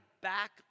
back